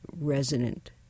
resonant